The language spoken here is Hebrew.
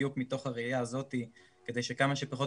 בדיוק מתוך הראייה הזאת כדי שכמה שפחות